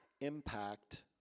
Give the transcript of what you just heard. impact